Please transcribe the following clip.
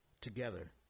together